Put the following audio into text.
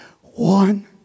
one